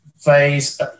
phase